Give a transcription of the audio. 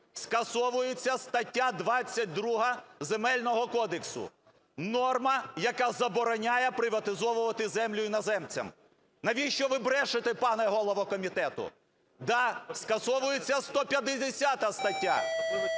Скасовується стаття 22 Земельного кодексу, норма, яка забороняє приватизовувати землю іноземцям. Навіщо ви брешете, пане голово комітету? Да, скасовується 150 стаття,